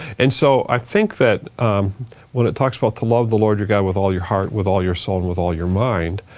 and so i think that when it talks about to love the lord your god with all your heart, with all your soul and with all your mind,